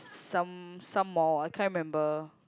some some mall I can't remember